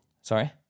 Sorry